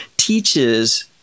teaches